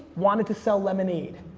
wanted to sell lemonade,